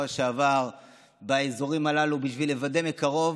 שעבר באזורים הללו בשביל לוודא מקרוב.